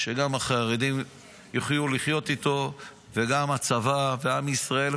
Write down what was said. שגם החרדים יוכלו לחיות איתו וגם הצבא ועם ישראל,